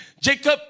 Jacob